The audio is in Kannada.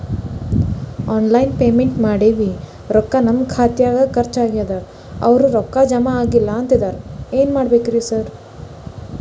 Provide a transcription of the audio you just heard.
ಆನ್ಲೈನ್ ಪೇಮೆಂಟ್ ಮಾಡೇವಿ ರೊಕ್ಕಾ ನಮ್ ಖಾತ್ಯಾಗ ಖರ್ಚ್ ಆಗ್ಯಾದ ಅವ್ರ್ ರೊಕ್ಕ ಜಮಾ ಆಗಿಲ್ಲ ಅಂತಿದ್ದಾರ ಏನ್ ಮಾಡ್ಬೇಕ್ರಿ ಸರ್?